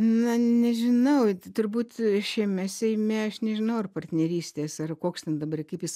na nežinau turbūt šiame seime aš nežinau ar partnerystės ar koks ten dabar kaip jis